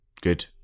Good